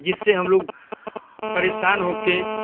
जिससे हम लोग परेशान होके